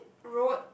road